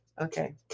Okay